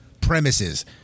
premises